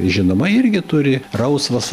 žinoma irgi turi rausvas